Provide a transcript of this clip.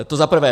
To za prvé.